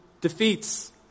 defeats